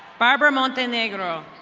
barbara montenegro.